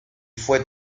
fue